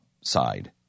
side